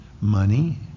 money